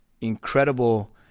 incredible